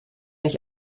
ich